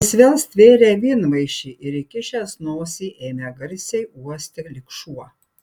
jis vėl stvėrė vynmaišį ir įkišęs nosį ėmė garsiai uosti lyg šuo